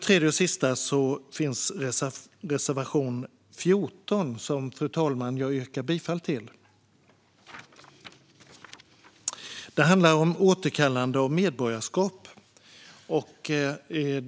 Till sist har vi reservation 14, som jag yrkar bifall till. Det handlar om återkallande av medborgarskap.